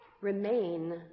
remain